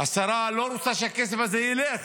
השרה לא רוצה שהכסף הזה ילך,